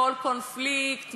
בכל קונפליקט,